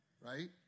right